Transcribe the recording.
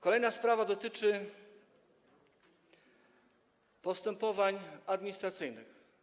Kolejna sprawa dotyczy postępowań administracyjnych.